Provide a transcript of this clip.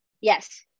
Yes